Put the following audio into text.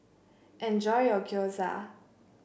enjoy your Gyoza